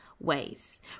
ways